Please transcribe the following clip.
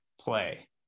play